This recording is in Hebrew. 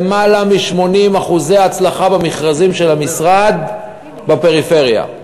למעלה מ-80% הצלחה במכרזים של המשרד בפריפריה.